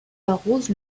arrose